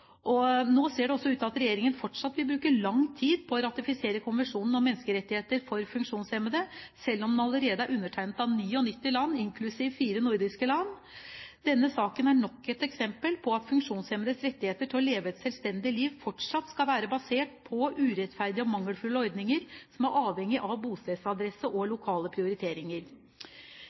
Nå ser det ut til at regjeringen fortsatt vil bruke lang tid på å ratifisere konvensjonen om menneskerettigheter for funksjonshemmede, selv om den allerede er undertegnet av 99 land, inklusiv fire nordiske land. Denne saken er nok et eksempel på at funksjonshemmedes rettigheter til å leve et selvstendig liv fortsatt skal være basert på urettferdige og mangelfulle ordninger som er avhengig av bostedsadresse og lokale prioriteringer.